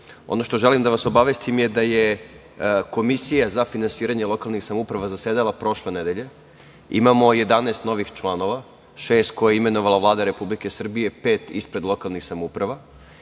što želim da vas obavestim je da je Komisija za finansiranje lokalnih samouprava zasedala prošle nedelje. Imamo 11 novih članova, šest koje je imenovala Vlada Republike Srbije, pet ispred lokalnih samouprava.